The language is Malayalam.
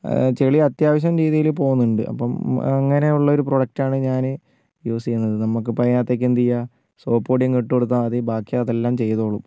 ചളി അത്യാവശ്യം രീതിയിൽ പോകുന്നുണ്ട് അപ്പം അങ്ങനെ ഉള്ളൊരു പ്രൊഡക്ട് ആണ് ഞാൻ യൂസ് ചെയ്യുന്നത് നമ്മൾക്കിപ്പോൾ അതിനകത്തേക്ക് എന്ത് ചെയ്യാം സോപ്പ് പൊടി അങ്ങ് ഇട്ടു കൊടുത്താൽ മതി ബാക്കി അതെല്ലാം ചെയ്തോളും